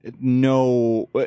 no